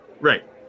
Right